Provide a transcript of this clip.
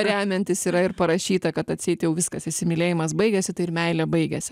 remiantis yra ir parašyta kad atseit jau viskas įsimylėjimas baigėsi tai ir meilė baigėsi